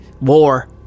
war